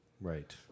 Right